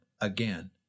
again